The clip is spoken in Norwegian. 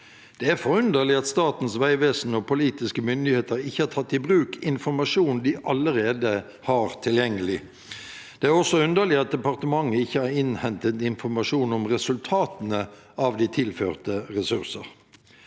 Det er forunderlig at Statens vegvesen og politiske myndigheter ikke har tatt i bruk informasjon de allerede har tilgjengelig. Det er også underlig at departementet ikke har innhentet informasjon om resultatene av de tilførte ressurser.